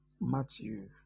Matthew